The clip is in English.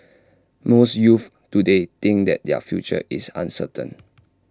most youths today think that their future is uncertain